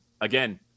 Again